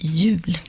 jul